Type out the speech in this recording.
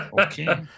okay